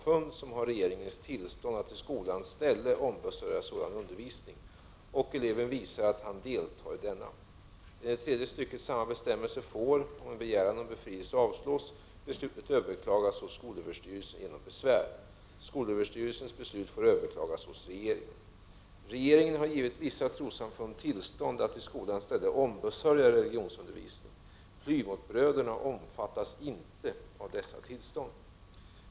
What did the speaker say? fund, som har regeringens tillstånd att i skolans ställe ombesörja sådan undervisning, och om eleven visar att han deltar i denna. Enligt tredje stycket samma bestämmelse får, om en begäran om befrielse avslås, beslutet överklagas hos skolöverstyrelsen genom besvär. Skolöverstyrelsens beslut får överklagas hos regeringen. Regeringen har givit vissa trossamfund tillstånd att i skolans ställe ombesörja religionsundervisning. Plymouth-bröderna omfattas inte av dessa tillstånd.